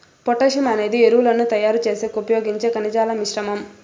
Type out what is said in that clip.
potassium అనేది ఎరువులను తయారు చేసేకి ఉపయోగించే ఖనిజాల మిశ్రమం